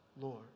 Lord